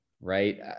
right